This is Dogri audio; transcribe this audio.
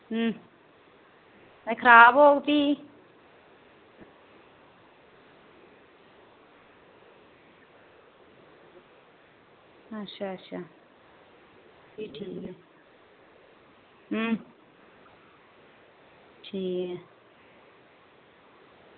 ते खराब होग भी अच्छा अच्छा भी ठीक ऐ ठीक ऐ